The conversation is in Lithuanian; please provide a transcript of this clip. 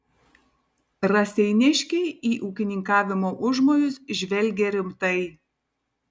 raseiniškiai į ūkininkavimo užmojus žvelgė rimtai